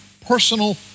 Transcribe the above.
personal